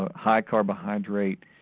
ah high carbohydrate,